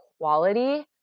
quality